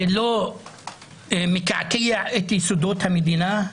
זה לא מקעקע את יסודות המדינה,